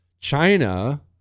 China